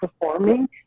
performing